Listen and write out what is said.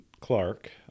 Clark